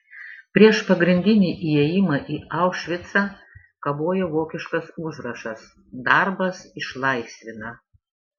prieš pagrindinį įėjimą į aušvicą kabojo vokiškas užrašas darbas išlaisvina